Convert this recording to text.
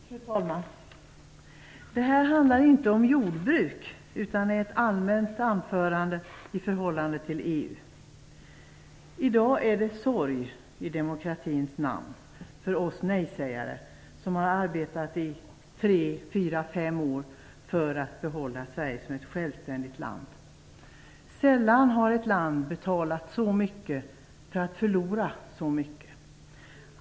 Fru talman! Det här handlar inte om jordbruk utan är ett allmänt anförande i förhållande till EU. I dag är det sorg i demokratins namn för oss nej-sägare, som har arbetat i fyra fem år för att behålla Sverige som ett självständigt land. Sällan har ett land betalat så mycket för att förlora så mycket.